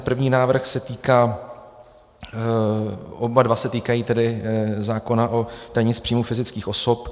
První návrh se týká oba dva se týkají tedy zákona o dani z příjmů fyzických osob.